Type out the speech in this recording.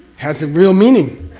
has the real meaning.